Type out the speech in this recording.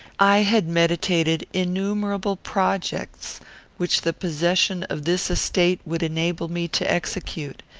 i had meditated innumerable projects which the possession of this estate would enable me to execute.